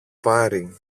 πάρει